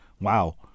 wow